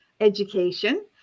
education